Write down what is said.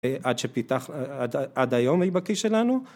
עד שפיתח, עד היום היא בכיס שלנו